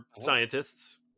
scientists